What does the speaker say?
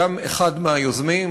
גם אחד מהיוזמים,